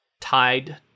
tied